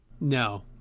no